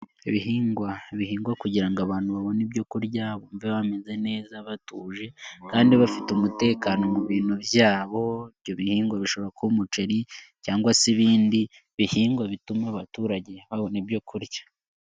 Ibihingwa bihingwa kugira ngo abantu babone ibyo kurya bumve bameze neza batuje kandi bafite umutekano mu bintu byabo, ibyo bihingwa bishobora kuba umuceri cyangwa se ibindi bihingwa bituma abaturage babona ibyo kurya.